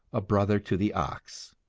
a brother to the ox.